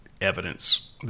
evidence